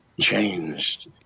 changed